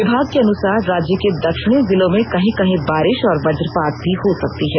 विभाग के अनुसार राज्य के दक्षिणी जिलों में कहीं कहीं बारिष और वज्रपात भी हो सकती है